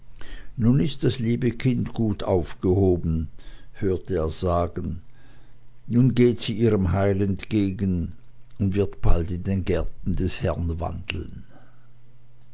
nun ist das liebe kind gut aufgehoben hörte er sagen nun geht sie ihrem heil entgegen und wird bald in den gärten des herren wandeln